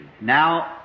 Now